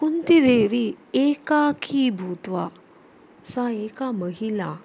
कुन्तिदेवी एकाकी भूत्वा सा एका महिला